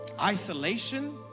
Isolation